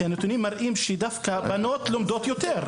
כי הנתונים מראים שהבנות לומדות יותר.